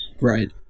Right